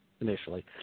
initially